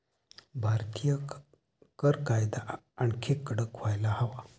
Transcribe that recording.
भारतीय कर कायदा आणखी कडक व्हायला हवा